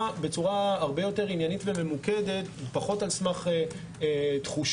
הרבה יותר עניינית וממוקדת ופחות על סמך תחושות.